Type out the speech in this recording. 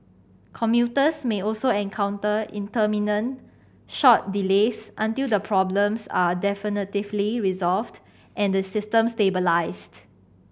commuters may also encounter intermittent short delays until the problems are definitively resolved and the system stabilised